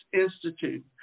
Institute